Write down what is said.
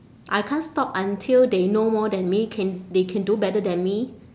I can't stop until they know more than me can they can do better than me